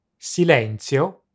Silenzio